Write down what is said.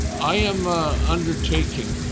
i am undertaking,